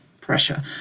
pressure